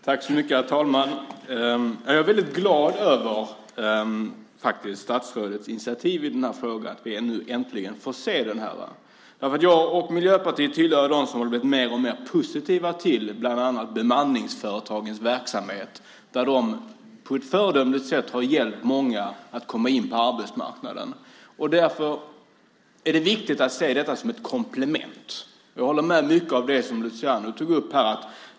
Herr talman! Jag är faktiskt väldigt glad över statsrådets initiativ i den här frågan och att vi nu äntligen får se det här. Jag och Miljöpartiet tillhör nämligen dem som har blivit mer och mer positiva till bland annat bemanningsföretagens verksamhet. De har på ett föredömligt sätt hjälpt många att komma in på arbetsmarknaden. Därför är det viktigt att se detta som ett komplement. Jag håller med om mycket av det som Luciano tog upp här.